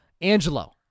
Angelo